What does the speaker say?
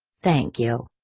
thank you.